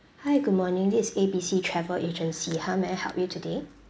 hi good morning this A B C travel agency how may I help you today